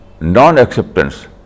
non-acceptance